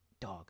dog